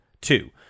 two